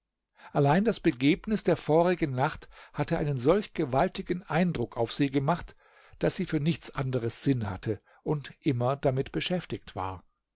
allein das begebnis der vorigen nacht hatte einen solch gewaltigen eindruck auf sie gemacht daß sie für nichts anderes sinn hatte und immer damit beschäftigt war